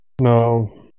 No